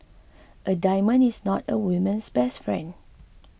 a diamond is not a woman's best friend